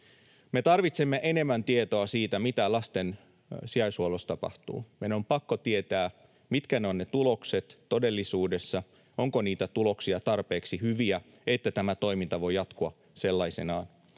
Me tarvitsemme enemmän tietoa siitä, mitä lasten sijaishuollossa tapahtuu. Meidän on pakko tietää, mitkä ne tulokset ovat todellisuudessa — ovatko ne tulokset tarpeeksi hyviä, että tämä toiminta voi jatkua sellaisenaan.